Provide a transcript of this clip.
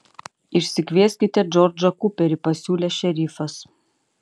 išsikvieskite džordžą kuperį pasiūlė šerifas